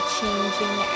changing